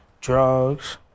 drugs